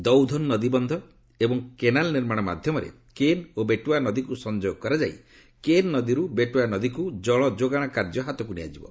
ଦୌଧନ ନଦୀବନ୍ଧ ଏବଂ କେନାଲ ନିର୍ମାଣ ମାଧ୍ୟମରେ କେନ୍ ଓ ବେଟୱା ନଦୀକୁ ସଂଯୋଗ କରାଯାଇ କେନ୍ ନଦୀରୁ ବେଟୱା ନଦୀକୁ ଜଳ ଯୋଗାଣ କାର୍ଯ୍ୟ ହାତକୁ ନିଆଯିବ